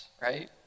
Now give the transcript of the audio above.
right